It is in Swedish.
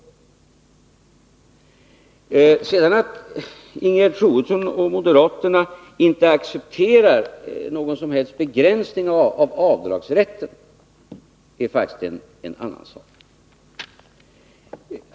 Att sedan Ingegerd Troedsson och moderaterna inte accepterar någon som helst begränsning av avdragsrätten är faktiskt en annan sak.